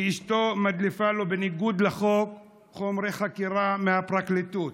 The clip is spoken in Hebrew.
שאשתו מדליפה לו בניגוד לחוק חומרי חקירה מהפרקליטות,